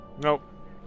Nope